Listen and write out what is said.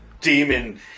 demon